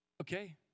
Okay